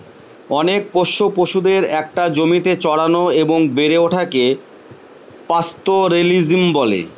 অনেক পোষ্য পশুদের একটা জমিতে চড়ানো এবং বেড়ে ওঠাকে পাস্তোরেলিজম বলে